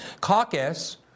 caucus